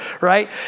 right